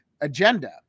agenda